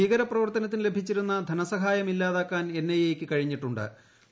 ഭീകരപ്രവർത്തനത്തിനു ലഭിച്ചിരുന്ന ധനസഹായം ഇല്ലാതാക്കാൻ എൻ ഐ എ ക്കു കഴിഞ്ഞിട്ടു ്്